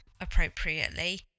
appropriately